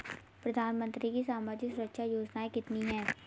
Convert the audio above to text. प्रधानमंत्री की सामाजिक सुरक्षा योजनाएँ कितनी हैं?